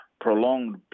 prolonged